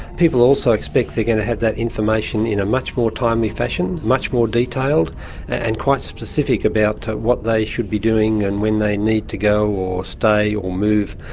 people also expect they are going to have that information in a much more timely fashion, much more detailed and quite specific about what they should be doing and when they need to go or stay or move,